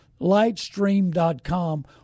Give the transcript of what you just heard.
Lightstream.com